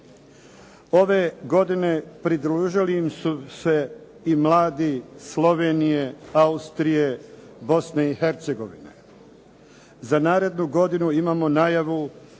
Ove godine pridružili su im se i mladi Slovenije, Austrije, Bosne i Hercegovine. Za narednu godinu imamo najavu